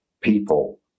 people